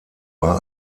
war